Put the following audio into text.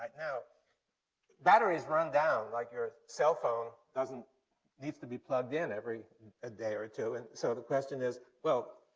you know batteries run down, like your cell phone needs to be plugged in every ah day or two, and so the question is well,